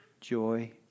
Joy